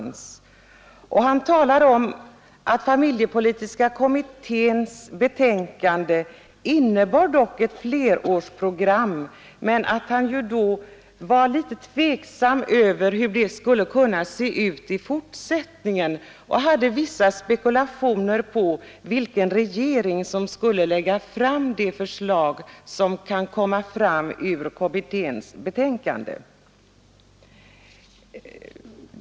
Han talar om att familjepolitiska kommitténs betänkande dock innebar ett flerårsprogram men att han är litet tveksam om hur det skall utformas i fortsättningen. Herr Mundebo anförde vissa spekulationer om vilken regering som skulle lägga fram det förslag som kan bli resultatet av kommitténs betänkande.